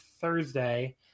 Thursday